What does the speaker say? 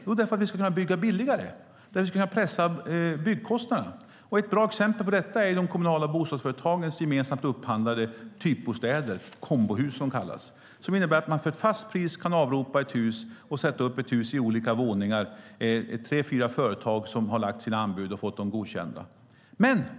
Jo, därför att vi ska kunna bygga billigare och kunna pressa byggkostnaderna. Ett bra exempel på detta är de kommunala bostadsföretagens gemensamt upphandlade typbostäder - kombohus, som de kallas - som innebär att man för ett fast pris kan avropa ett hus och sätta upp det i olika våningar och tre fyra företag har lagt sina anbud och fått dem godkända.